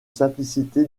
simplicité